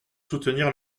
soutenir